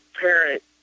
parent